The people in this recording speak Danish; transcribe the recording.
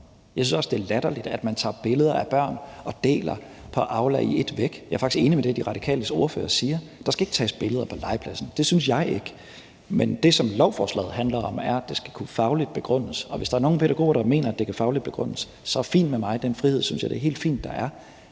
Jeg synes også, det er latterligt, at man tager billeder af børn og deler på Aula i ét væk. Jeg er faktisk enig i det, De Radikales ordfører siger, nemlig at der ikke skal tages billeder på legepladsen. Det synes jeg ikke. Men det, som lovforslaget handler om, er, at det fagligt skal kunne begrundes. Og hvis der er nogle pædagoger, der mener, at det fagligt kan begrundes, så er det fint med mig. Den frihed synes jeg det er helt fint der er.